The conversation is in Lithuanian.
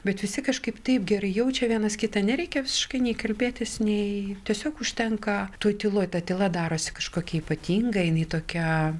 bet visi kažkaip taip gerai jaučia vienas kitą nereikia visiškai nei kalbėtis nei tiesiog užtenka toj tyloj ta tyla darosi kažkokia ypatinga jinai tokia